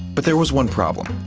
but there was one problem.